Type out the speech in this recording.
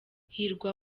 hirwa